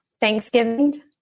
Thanksgiving